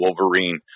wolverine